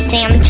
Sam